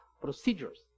Procedures